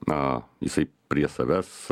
na jisai prie savęs